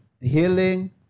healing